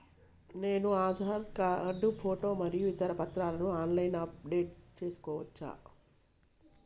నేను Aadhaar card photo మరియు ఇతర పత్రాలను ఆన్ లైన్ అప్ డెట్ చేసుకోవచ్చా?